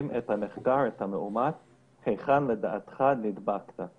היכן לדעתך נדבקת?